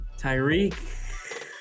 tyreek